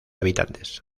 habitantes